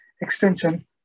extension